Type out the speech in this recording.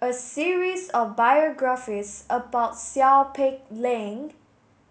a series of biographies about Seow Peck Leng